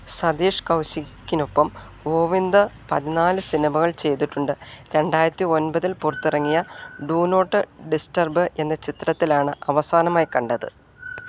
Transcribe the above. സതീഷ് കൗശിക്കിനൊപ്പം ഗോവിന്ദ് പതിനാല് സിനിമകൾ ചെയ്തിട്ടുണ്ട് രണ്ടായിരത്തിയൊന്പതിൽ പുറത്തിറങ്ങിയ ഡൂ നോട്ട് ഡിസ്റ്റർബ്ബ് എന്ന ചിത്രത്തിലാണ് അവസാനമായി കണ്ടത്